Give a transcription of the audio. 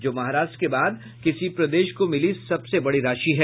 जो महाराष्ट्र के बाद किसी प्रदेश को मिली सबसे राशि है